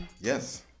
Yes